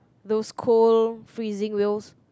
those cold freezing whales